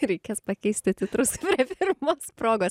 reikės pakeisti titrus prie pirmos progos